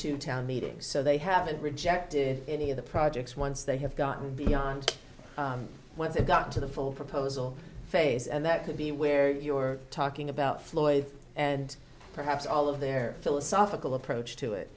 to town meetings so they haven't rejected any of the projects once they have gotten beyond what they got to the full proposal phase and that could be where your talking about floyd and perhaps all of their philosophical approach to it